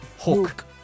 hook